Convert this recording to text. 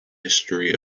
history